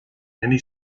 many